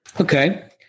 Okay